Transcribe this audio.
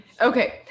Okay